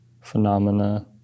phenomena